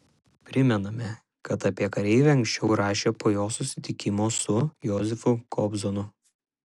primename kad apie kareivį anksčiau rašė po jo susitikimo su josifu kobzonu